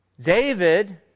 David